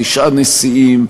תשעה נשיאים,